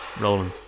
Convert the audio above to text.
Rolling